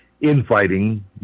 infighting